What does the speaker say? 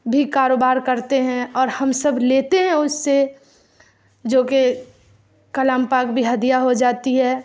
بھی کاروبار کرتے ہیں اور ہم سب لیتے ہیں اس سے جو کہ کلام پاک بھی ہدیہ ہو جاتی ہے